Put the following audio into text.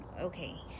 okay